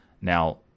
Now